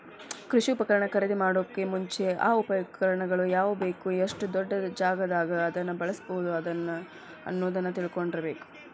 ಕೃಷಿ ಉಪಕರಣ ಖರೇದಿಮಾಡೋಕು ಮುಂಚೆ, ಆ ಉಪಕರಣ ಯಾಕ ಬೇಕು, ಎಷ್ಟು ದೊಡ್ಡಜಾಗಾದಾಗ ಅದನ್ನ ಬಳ್ಸಬೋದು ಅನ್ನೋದನ್ನ ತಿಳ್ಕೊಂಡಿರಬೇಕು